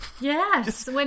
yes